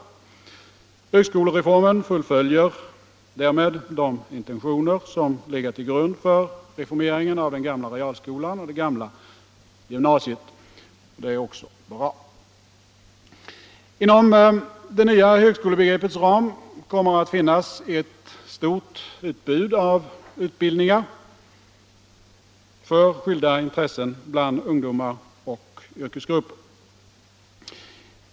Högskolereformen fullföljer därmed de intentioner som legat till grund för reformeringen av den gamla realskolan och av det gamla gymnasiet, och det är också bra. Inom det nya högskolebegreppets ram kommer det att finnas ett stort utbud av utbildningar för skilda intressen bland ungdomar och yrkesgrupper.